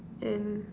and